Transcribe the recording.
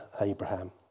Abraham